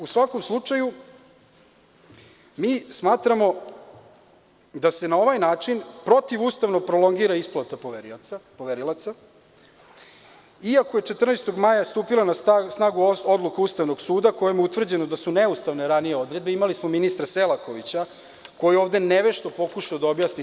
U svakom slučaju, mi smatramo da se na ovaj način protivustavno prolongira isplata poverilaca, iako je 14. maja stupila na snagu odluka Ustavnog suda kojom je utvrđeno da su neustavne ranije odredbe, imali smo ministra Selakovića koji je ovde nevešto pokušao da objasni to.